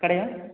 கடையா